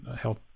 health